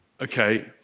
okay